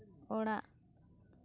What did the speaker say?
ᱚᱲᱟᱜ